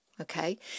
Okay